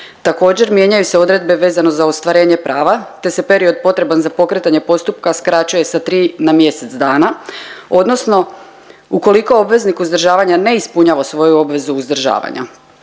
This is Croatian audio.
Također mijenjaju se odredbe vezano za ostvarenje prava te se period potreban za pokretanje postupka skraćuje sa 3 na mjesec dana odnosno ukoliko obveznik uzdržavanja ne ispunjava svoju obvezu uzdržavanja.